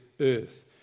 Earth